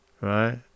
Right